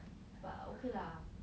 but okay lah